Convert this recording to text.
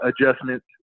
adjustments